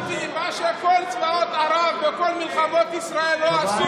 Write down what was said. אמרתי שמה שכל צבאות ערב וכל מלחמות ישראל לא עשו,